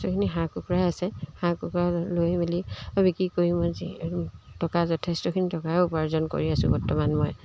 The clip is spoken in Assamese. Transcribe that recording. যথেষ্টখিনি হাঁহ কুকুৰাই আছে হাঁহ কুকুৰা লৈ মেলি বিক্ৰী কৰি মই যি টকা যথেষ্টখিনি টকাই উপাৰ্জন কৰি আছোঁ বৰ্তমান মই